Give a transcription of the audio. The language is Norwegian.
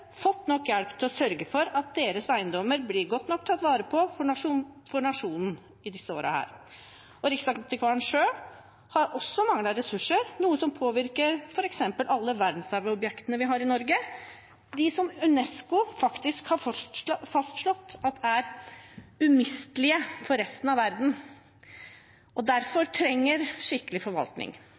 fått nok hjelp til å sørge for at deres eiendommer blir godt nok tatt vare på for nasjonen i disse årene. Riksantikvaren selv har også manglet ressurser, noe som påvirker f.eks. alle verdensarvobjektene vi har i Norge, de som UNESCO faktisk har fastslått er umistelige for resten av verden og derfor trenger skikkelig forvaltning.